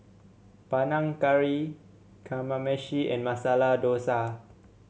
Panang Curry Kamameshi and Masala Dosa